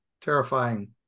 Terrifying